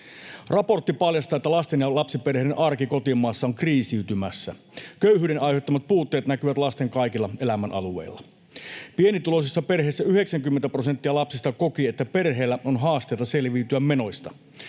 Raportti paljastaa, että lasten ja lapsiperheiden arki kotimaassa on kriisiytymässä. Köyhyyden aiheuttamat puutteet näkyvät lasten kaikilla elämänalueilla. Pienituloisissa perheissä 90 prosenttia lapsista koki, että perheellä on haasteita selviytyä menoista.